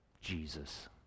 Jesus